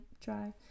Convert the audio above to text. try